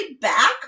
back